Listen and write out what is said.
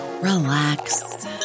relax